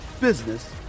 business